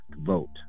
vote